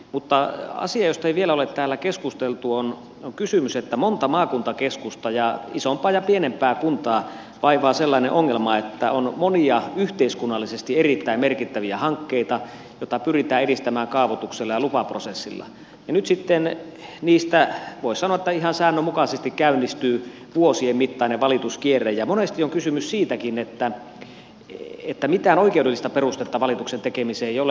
mutta asia josta ei vielä ole täällä keskusteltu on kysymys että monta maakuntakeskusta ja isompaa ja pienempää kuntaa vaivaa sellainen ongelma että on monia yhteiskunnallisesti erittäin merkittäviä hankkeita joita pyritään edistämään kaavoituksella ja lupaprosessilla ja nyt sitten niistä voisi sanoa ihan säännönmukaisesti käynnistyy vuosien mittainen valituskierre ja monesti on kysymys siitäkin että mitään oikeudellista perustetta valituksen tekemiseen ei ole